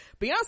Beyonce